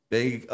Big